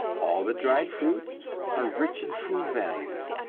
all the dried fruits are rich in food values,